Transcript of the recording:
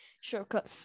shortcut